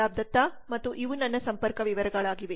Biplab Datta ಮತ್ತು ಇವು ನನ್ನ ಸಂಪರ್ಕ ವಿವರಗಳಾಗಿವೆ